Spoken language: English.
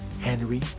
Henry